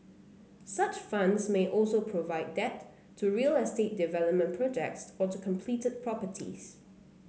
such funds may also provide debt to real estate development projects or to completed properties